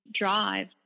drive